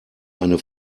eine